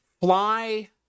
fly